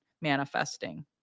manifesting